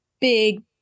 big